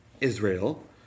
Israel